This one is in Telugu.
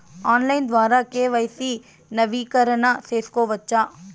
ఆన్లైన్ ద్వారా కె.వై.సి నవీకరణ సేసుకోవచ్చా?